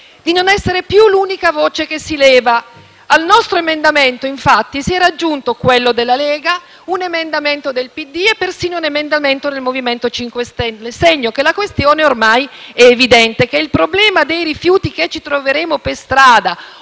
di non essere più l'unica voce che si leva. Al nostro emendamento, infatti, si era aggiunto quello della Lega, un emendamento del PD e persino un emendamento del MoVimento 5 Stelle, segno che la questione ormai è evidente e che il problema dei rifiuti che ci troveremo per strada,